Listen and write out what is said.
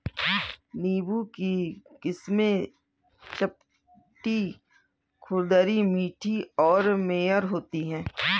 नींबू की किस्में चपटी, खुरदरी, मीठी और मेयर होती हैं